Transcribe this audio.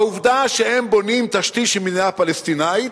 העובדה שהם בונים תשתית של מדינה פלסטינית,